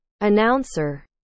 Announcer